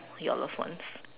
your loved ones